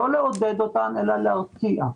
לא לעודד אותם אלא להרתיע.